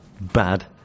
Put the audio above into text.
bad